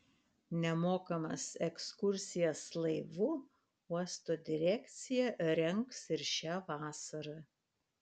nemokamas ekskursijas laivu uosto direkcija rengs ir šią vasarą